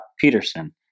Peterson